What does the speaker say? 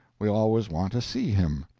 we always want to see him.